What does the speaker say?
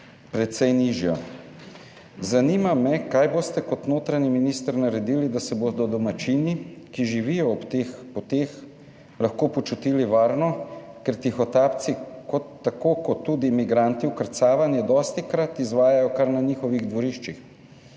precej nižja. Zanima me: Kaj boste kot notranji minister naredili, da se bodo domačini, ki živijo ob teh tihotapskih poteh, lahko počutili varno? Ker tako tihotapci kot tudi migranti vkrcavanje dostikrat izvajajo kar na njihovih dvoriščih.